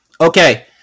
Okay